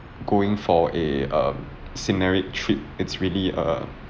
going for a um scenery trip it's really a